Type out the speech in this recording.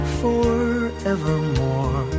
forevermore